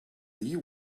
you